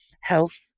health